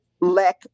lack